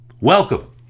Welcome